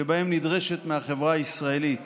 שבהם נדרשת מהחברה הישראלית